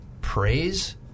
praise